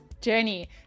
journey